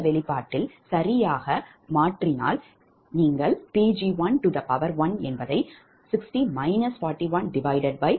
இந்த வெளிப்பாட்டில் சரியாக மாற்றுகிறீர்கள் என்றால் நீங்கள் Pg1120